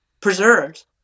preserved